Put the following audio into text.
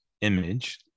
image